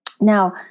Now